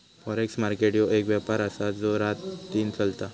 forex market ह्यो एक व्यापार आसा जो रातदिन चलता